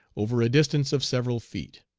over a distance of several feet.